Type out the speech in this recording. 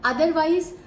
Otherwise